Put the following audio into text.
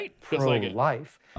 pro-life